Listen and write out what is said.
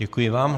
Děkuji vám.